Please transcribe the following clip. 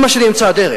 אמא שלי, אמצע הדרך.